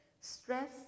stress